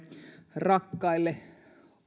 rakkaille